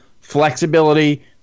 flexibility